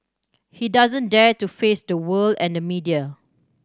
he doesn't dare to face the world and the media